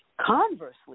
Conversely